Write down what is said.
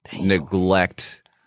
neglect